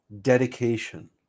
dedication